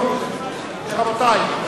רבותי,